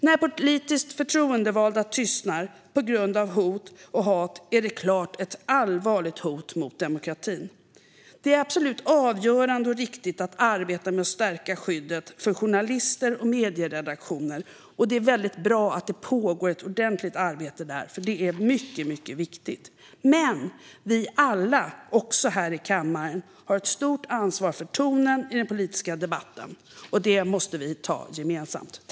När politiskt förtroendevalda tystnar på grund av hot och hat är det givetvis ett allvarligt hot mot demokratin. Det är absolut avgörande och riktigt att stärka skyddet för journalister och medieredaktioner, och det är bra att det pågår ett ordentligt arbete med det. Men vi alla, också här i kammaren, har ett stort ansvar för tonen i den politiska debatten, och det ansvaret måste vi ta gemensamt.